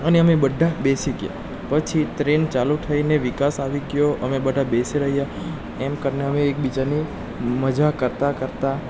અને અમે બધા બેસી ગયાં પછી ટ્રેન ચાલુ થઈને વિકાસ આવી ગયો અને અમે બધાં બેસી રહ્યાં એમ કરીને અમે એકબીજાની મજા કરતા કરતા